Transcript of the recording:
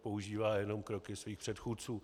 Používá jenom kroky svých předchůdců.